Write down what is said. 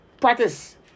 practice